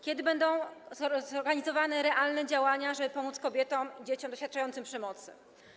Kiedy będą zorganizowane realne działania, żeby pomóc kobietom, dzieciom doświadczającym przemocy?